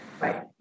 Right